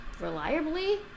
reliably